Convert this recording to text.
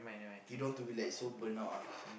he don't want to be like so burn out ah